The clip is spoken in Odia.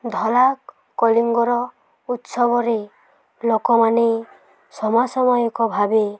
ଧଳା କଲିଙ୍ଗର ଉତ୍ସବରେ ଲୋକମାନେ ସମାସୟକ ଭାବେ